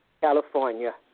California